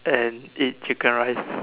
and eat chicken rice